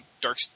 Dark